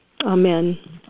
Amen